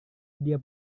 dia